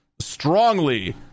strongly